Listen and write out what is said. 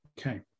Okay